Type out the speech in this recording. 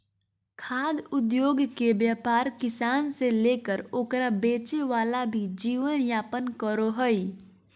खाद्य उद्योगके व्यापार किसान से लेकर ओकरा बेचे वाला भी जीवन यापन करो हइ